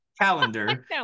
calendar